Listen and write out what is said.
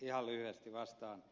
ihan lyhyesti vastaan